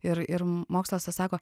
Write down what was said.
ir ir mokslas sako